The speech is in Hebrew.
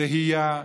תהייה.